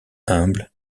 humble